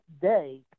day